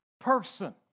person